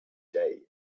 day